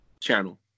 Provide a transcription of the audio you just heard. channel